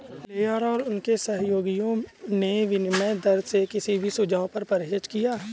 Blair और उनके सहयोगियों ने विनिमय दर के किसी भी सुझाव से परहेज किया